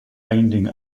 binding